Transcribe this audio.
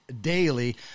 Daily